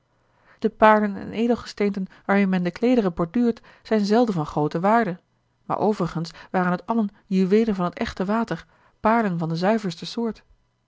de paarlen en edelgesteenten waarmeê men de kleederen borduurt zijn zelden van groote waarde maar overigens waren t allen juweelen van t echte water paarlen van de zuiverste soort